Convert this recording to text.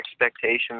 expectations